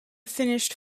finished